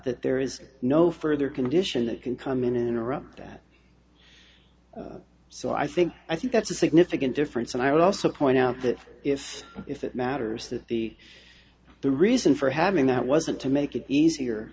that there is no further condition that can come in and interrupt that so i think i think that's a significant difference and i would also point out that if if it matters that the the reason for having that wasn't to make it easier